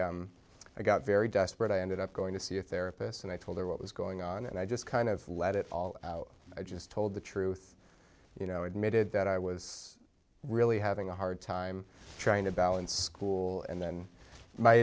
i got very desperate i ended up going to see a therapist and i told her what was going on and i just kind of let it all out i just told the truth you know admitted that i was really having a hard time trying to balance school and then my